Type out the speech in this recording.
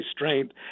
restraint